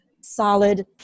solid